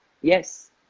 yes